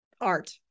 art